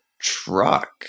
truck